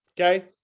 Okay